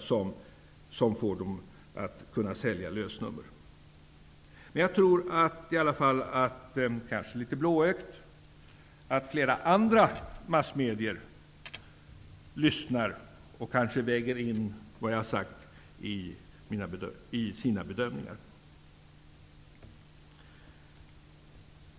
som gör att de kan sälja lösnummer. Men jag tror i alla fall -- det kanske är litet blåögt -- att flera andra massmedier lyssnar och kanske väger in vad jag har sagt i sina bedömningar.